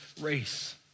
race